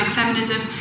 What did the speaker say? feminism